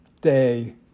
day